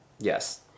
Yes